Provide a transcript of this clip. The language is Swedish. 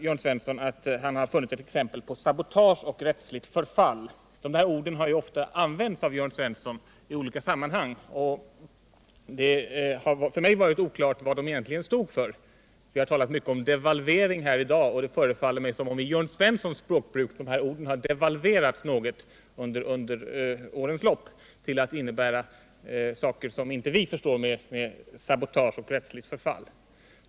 Jörn Svensson förklarar att han funnit exempel på sabotage och rättsligt förfall, ord som ofta används av honom i olika sammanhang. För mig har det varit oklart vad dessa ord egentligen står för. Vi har i dag talat mycket om devalvering, och det förefaller mig som om dessa ord under årens lopp i Jörn Svensson språkbruk devalverats en aning till att innebära någonting som är litet mer obetydligt än vad vi andra förstår med sabotage och rättsligt förfall.